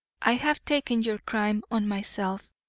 i have taken your crime on myself,